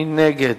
מי נגד?